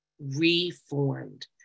reformed